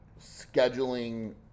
scheduling